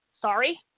sorry